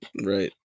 Right